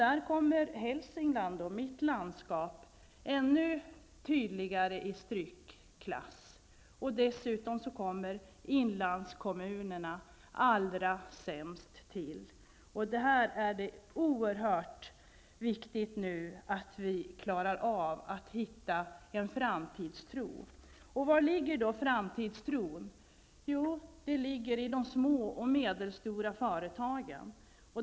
Där kommer Hälsingland, som är mitt landskap, ännu tydligare i strykklass, och inlandskommunerna har det allra sämst. Därför är det nu oerhört viktigt att vi kan hitta en framtidstro. Var ligger då den framtidstron? Jo, den ligger i de små och medelstora företagen.